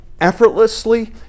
effortlessly